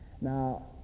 Now